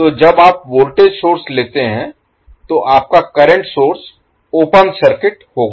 तो जब आप वोल्टेज सोर्स लेते हैं तो आपका करंट सोर्स ओपन सर्किट होगा